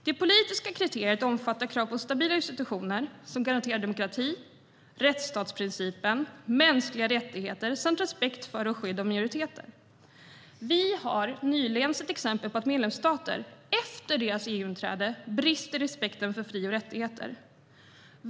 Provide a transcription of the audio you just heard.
Det politiska kriteriet omfattar krav på stabila institutioner som garanterar demokrati, rättsstatsprincipen, mänskliga rättigheter samt respekt för och skydd av minoriteter. Vi har nyligen sett exempel på att medlemsstater efter sitt EU-inträde brister i respekten för fri och rättigheter.